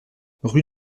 rue